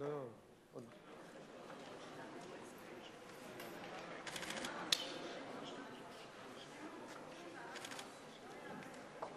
זועבי, בבקשה, ואחריה, חבר הכנסת זאב